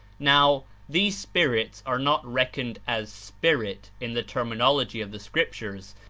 now, these spirits are not reckoned as spirit in the terminology of the scriptures,